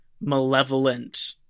malevolent